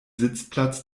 sitzplatz